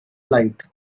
light